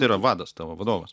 tai yra vadas tavo vadovas